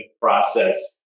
process